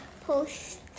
post